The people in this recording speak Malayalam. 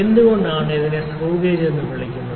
എന്തുകൊണ്ടാണ് ഇതിനെ സ്ക്രൂ ഗേജ് എന്ന് വിളിക്കുന്നത്